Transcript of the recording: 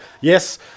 yes